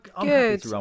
Good